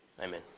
Amen